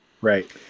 Right